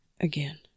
again